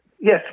Yes